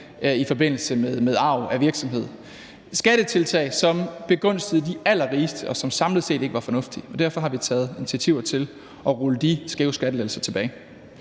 i forbindelse med arv af virksomhed. Det var skattetiltag, som er begunstigede de allerrigeste, og som samlet set ikke var fornuftige, og derfor har vi taget initiativer til at rulle de skæve skattelettelser tilbage.